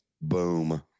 Boom